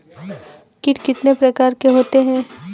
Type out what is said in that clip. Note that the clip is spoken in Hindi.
कीट कितने प्रकार के होते हैं?